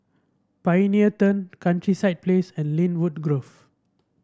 Pioneer Turn Countryside Place and Lynwood Grove